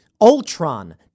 Ultron